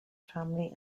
family